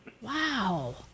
Wow